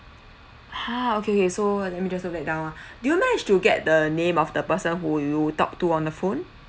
ha okay okay so let me just note that down ah do you managed to get the name of the person who you talk to on the phone